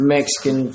Mexican